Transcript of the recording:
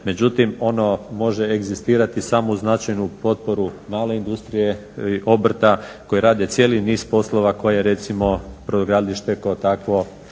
međutim, ono može egzistirati samo uz značajnu potporu male industrije, obrta koji rade cijeli niz poslova koje recimo brodogradilište kao takvo